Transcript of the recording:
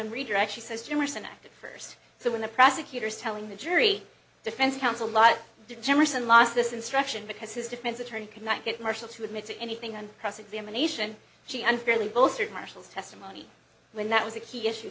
in redirect she says generous and acted first so when the prosecutor is telling the jury defense counsel a lot degeneration lost this instruction because his defense attorney could not get marshall to admit to anything on cross examination she unfairly bolstered marshall's testimony when that was a key issue